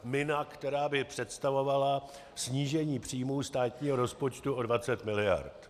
Mina, která by představovala snížení příjmů státního rozpočtu o 20 mld.